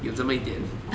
有这么一点